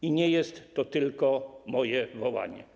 I nie jest to tylko moje wołanie.